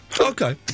Okay